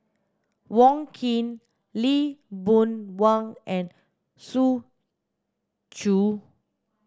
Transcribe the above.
Wong Keen Lee Boon Wang and Zhu Xu